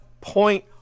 point